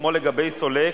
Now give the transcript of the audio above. "שירותי ניכיון",